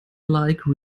like